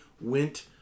went